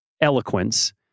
eloquence